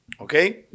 Okay